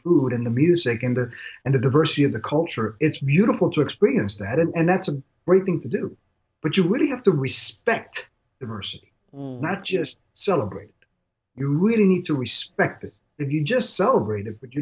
food in the music and the and the diversity of the culture it's beautiful to experience that and that's a great thing to do but you really have to respect the mercy not just celebrate you really need to respect that if you just celebrated but you